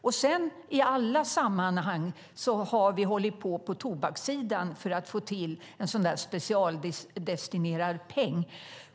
Sedan har vi i alla sammanhang på tobakssidan försökt få till en specialdestinerad peng.